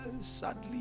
sadly